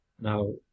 now